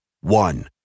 One